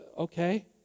Okay